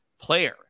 player